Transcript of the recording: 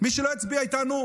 מי שלא יצביע איתנו,